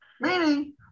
Meaning